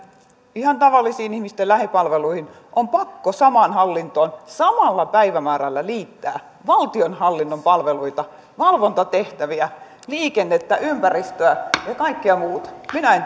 ihan tavallisiin ihmisten lähipalveluihin on pakko samaan hallintoon samalla päivämäärällä liittää valtionhallinnon palveluita valvontatehtäviä liikennettä ympäristöä ja kaikkea muuta minä en